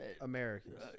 Americans